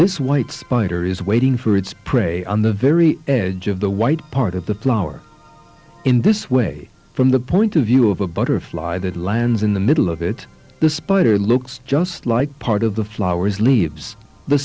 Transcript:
this white spider is waiting for its prey on the very edge of the white part of the flower in this way from the point of view of a butterfly that lands in the middle of it the spider looks just like part of the flowers leaves the